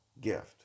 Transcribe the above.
gift